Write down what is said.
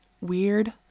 weird